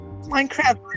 Minecraft